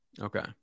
Okay